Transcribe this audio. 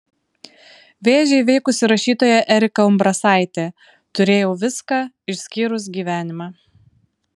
vėžį įveikusi rašytoja erika umbrasaitė turėjau viską išskyrus gyvenimą